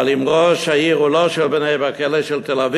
אבל אם ראש העיר הוא לא של בני-ברק אלא של תל-אביב,